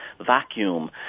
vacuum